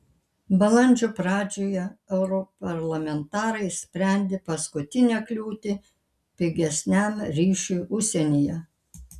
balandžio pradžioje europarlamentarai išsprendė paskutinę kliūtį pigesniam ryšiui užsienyje